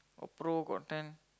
got pro got ten